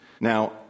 Now